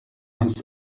has